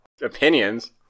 opinions